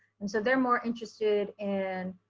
and so they're more interested and